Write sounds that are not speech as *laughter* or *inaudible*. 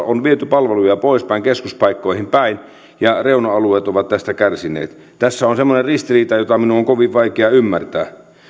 *unintelligible* on viety erilaisia palveluja poispäin keskuspaikkoihin päin ja reuna alueet ovat tästä kärsineet tässä on semmoinen ristiriita jota minun on kovin vaikea ymmärtää